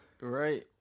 Right